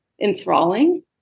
enthralling